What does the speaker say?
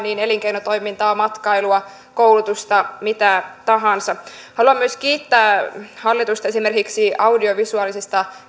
elinkeinotoimintaa matkailua koulutusta mitä tahansa haluan myös kiittää hallitusta esimerkiksi audiovisuaalisen